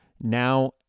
now